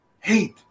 hate